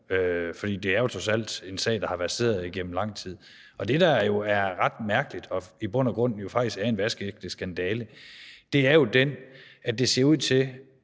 for det er jo trods alt en sag, der har verseret igennem lang tid. Det, der jo er ret mærkeligt og i bund og grund faktisk er en vaskeægte skandale, er det, at det ser ud til